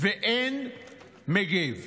ואין מגיב.